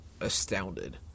astounded